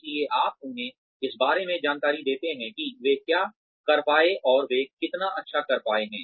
इसलिए आप उन्हें इस बारे में जानकारी देते हैं कि वे क्या कर पाए हैं और वे कितना अच्छा कर पाए हैं